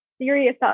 serious